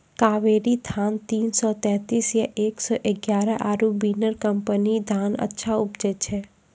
कावेरी धान तीन सौ तेंतीस या एक सौ एगारह आरु बिनर कम्पनी के धान अच्छा उपजै छै?